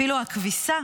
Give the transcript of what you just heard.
אפילו הכביסה